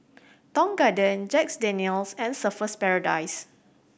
Tong Garden Jack Daniel's and Surfer's Paradise